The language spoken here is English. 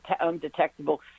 undetectable